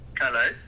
Hello